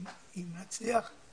אם נצליח,